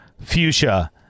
fuchsia